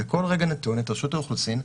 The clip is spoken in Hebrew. בכל רגע נתון, את רשות האוכלוסין,